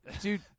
Dude